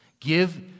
Give